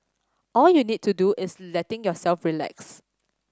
all you need to do is letting yourself relax